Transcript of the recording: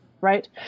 right